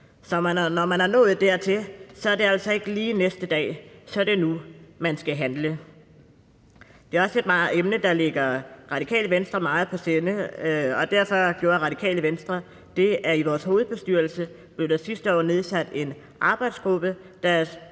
For når man er nået dertil, er det altså ikke lige næste dag; så er det nu, man skal handle. Det er også et emne, der ligger Radikale Venstre meget på sinde, og derfor gjorde Radikale Venstre det, at vi i vores hovedbestyrelse sidste år nedsatte en arbejdsgruppe, der